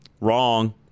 wrong